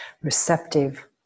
receptive